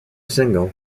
single